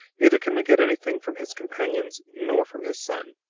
neither can we get anything from his companions, nor from his son.